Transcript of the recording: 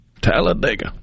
Talladega